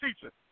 teacher